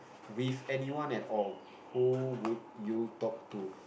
with anyone at all who would you talk to